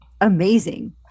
amazing